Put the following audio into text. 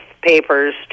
papers